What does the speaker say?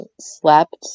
slept